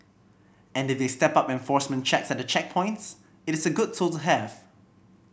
and if they step up enforcement checks at the checkpoints it is a good tool to have